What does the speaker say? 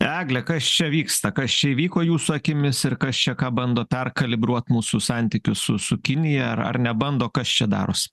egle kas čia vyksta kas čia įvyko jūsų akimis ir kas čia ką bando perkalibruot mūsų santykius su su kinija ar ar nebando kas čia daros